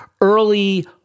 early